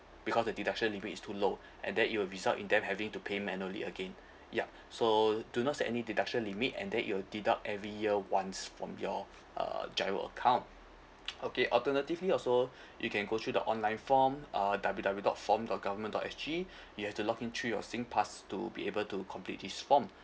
because the deduction limit is too low and that it will result in them having to pay manually again yup so do not set any deduction limit and then it'll deduct every year once from your uh GIRO account okay alternatively also you can go through the online form uh W W dot form dot government dot S G you have to log in through your SINGPASS to be able to complete this form